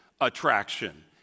attraction